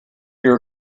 your